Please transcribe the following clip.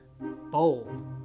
Bold